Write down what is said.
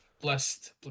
Blessed